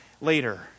later